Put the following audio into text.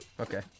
Okay